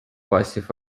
passive